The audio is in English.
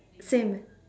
same